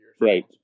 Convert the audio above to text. right